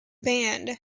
band